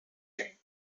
time